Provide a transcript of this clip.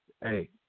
hey